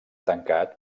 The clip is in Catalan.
tancat